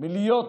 מלהיות